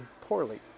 poorly